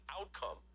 outcome